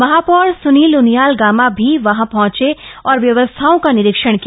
महापौर सुनील उनियाल गामा भी वहां पहुंचे और व्यवस्थाओं का निरीक्षण किया